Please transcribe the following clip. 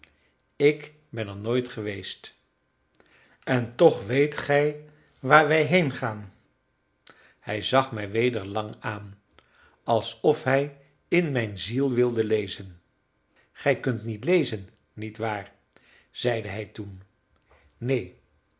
ik ben er nooit geweest en toch weet gij waar wij heengaan hij zag mij weder lang aan alsof hij in mijn ziel wilde lezen gij kunt niet lezen niet waar zeide hij toen neen